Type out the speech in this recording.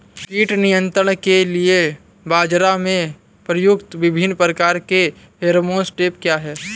कीट नियंत्रण के लिए बाजरा में प्रयुक्त विभिन्न प्रकार के फेरोमोन ट्रैप क्या है?